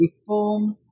reform